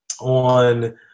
on